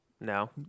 No